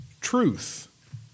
truth